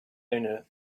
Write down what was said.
owner